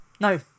No